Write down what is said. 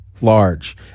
large